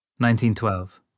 1912